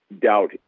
doubt